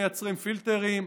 מייצרים פילטרים,